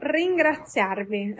ringraziarvi